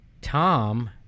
Tom